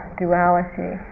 duality